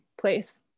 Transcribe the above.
place